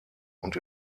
und